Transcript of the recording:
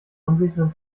unsicheren